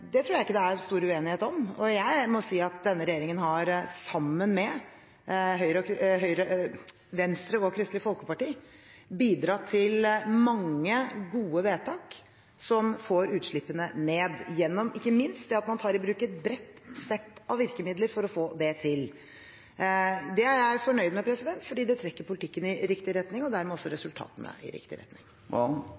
Det tror jeg ikke det er stor uenighet om, og jeg må si at denne regjeringen har sammen med Venstre og Kristelig Folkeparti bidratt til mange gode vedtak som får utslippene ned, ikke minst gjennom at man tar i bruk et bredt sett av virkemidler for å få det til. Det er jeg fornøyd med, fordi det trekker politikken i riktig retning, og dermed også